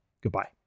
goodbye